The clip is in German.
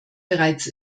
bereits